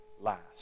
last